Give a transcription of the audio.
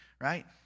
right